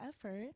effort